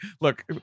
look